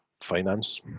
finance